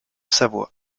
savoie